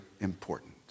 important